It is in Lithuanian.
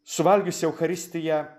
suvalgius eucharistiją